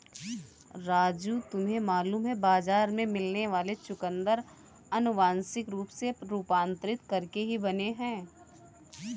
राजू तुम्हें मालूम है बाजार में मिलने वाले चुकंदर अनुवांशिक रूप से रूपांतरित करके ही बने हैं